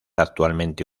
actualmente